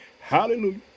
hallelujah